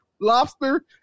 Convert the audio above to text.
lobster